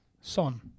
Son